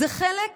זה חלק מביזוי,